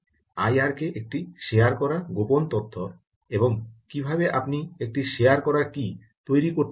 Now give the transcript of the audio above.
আইআরকে একটি শেয়ার করা গোপন তথ্য এবং কীভাবে আপনি একটি শেয়ার করা কী তৈরি করতে পারবেন